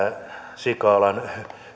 sikalan